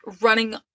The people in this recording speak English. running